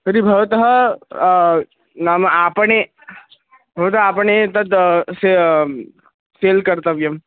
तर्हि भवतः नाम आपणे भवतः आपणे तद् से सेल् कर्तव्यम्